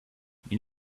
you